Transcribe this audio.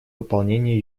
выполнении